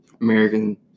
American